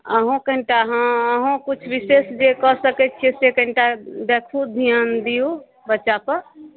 अहूँ कनिटा हँ अहूँ किछु विशेष जे कऽ सकै छिए से कनिटा देखू धिआन दिऔ बच्चापर